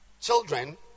Children